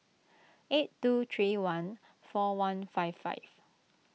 eight two three one four one five five